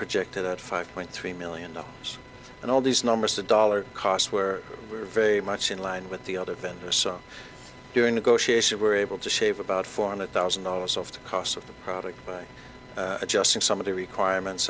projected at five point three million dollars and all these numbers a dollar cost where we are very much in line with the other vendor so during negotiations were able to shave about four hundred thousand dollars off the cost of the product by adjusting some of the requirements